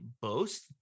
boast